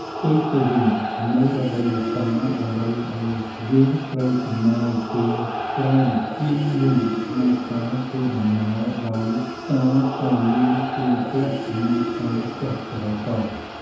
ផ្ទុយទៅវិញនៅរដូវវស្សាតម្រូវឱ្យយើងត្រូវចំណាយពេលច្រើនជាងមុនក្នុងការធ្វើដំណើរដោយសារតែមានភ្លៀងធ្លាក់ និងការស្ទះចរាចរណ៍។